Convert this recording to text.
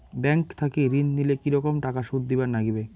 Bank থাকি ঋণ নিলে কি রকম টাকা সুদ দিবার নাগিবে?